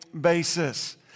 basis